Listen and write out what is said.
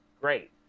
great